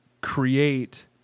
create